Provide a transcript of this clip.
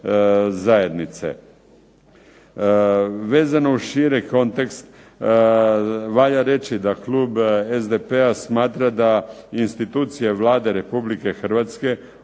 zajednice. Vezano uz širi kontekst valja reći da klub SDP-a smatra da institucije Vlade RH uključujući